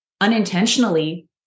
unintentionally